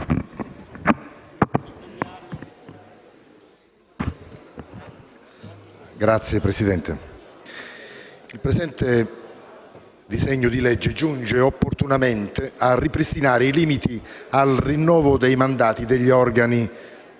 Signora Presidente, il presente disegno di legge giunge opportunamente a ripristinare i limiti al rinnovo dei mandati degli organi